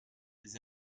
des